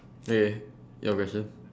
okay your question